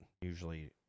usually